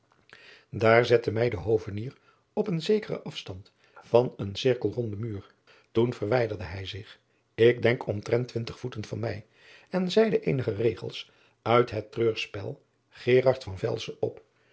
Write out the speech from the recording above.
aar zette mij de ovenier op een zekeren afstand van een cirkelronden muur oen verwijderde hij zich ik denk omtrent twintig voeten van mij en zeide eenige regels uit het reurspel erard van elsen op